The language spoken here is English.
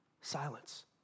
silence